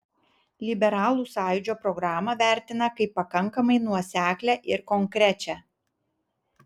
liberalų sąjūdžio programą vertina kaip pakankamai nuoseklią ir konkrečią